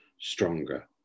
stronger